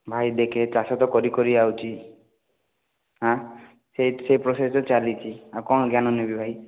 ଭାଇ ଦେଖେ ଚାଷ ତ କରି କରି ଆଉଚି ସେ ସେହି ପ୍ରୋସେସ୍ ତ ଚାଲିଛି ଆଉ କ'ଣ ଜ୍ଞାନ ନେବି ଭାଇ